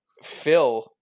Phil